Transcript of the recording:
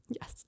Yes